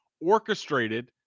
orchestrated